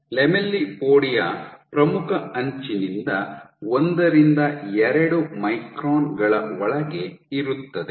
lamellipodia ಪ್ರಮುಖ ಅಂಚಿನಿಂದ ಒಂದರಿಂದ ಎರಡು ಮೈಕ್ರಾನ್ ಗಳ ಒಳಗೆ ಇರುತ್ತದೆ